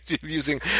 using